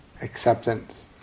acceptance